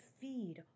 feed